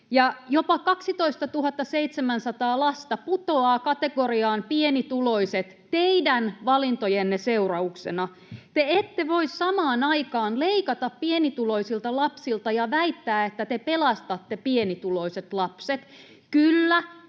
jopa 12 700 lasta putoaa kategoriaan pienituloiset teidän valintojenne seurauksena. Te ette voi samaan aikaan leikata pienituloisilta lapsilta ja väittää, että te pelastatte pienituloiset lapset. Kyllä,